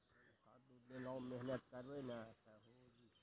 स्वास्थ्य बीमा करबाब के लीये की करै परतै?